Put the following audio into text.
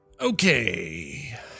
Okay